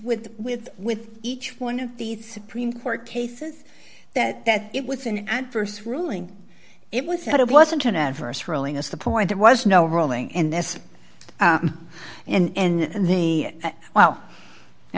with with with each one of these supreme court cases that it was an adverse ruling it was that it wasn't an adverse ruling us the point there was no rolling in this and the well i